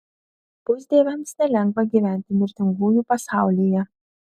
pusdieviams nelengva gyventi mirtingųjų pasaulyje